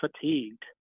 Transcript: fatigued